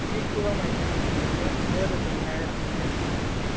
plus तुका मेळटली रे ऑके बरें तर मेळ्या केन्नाय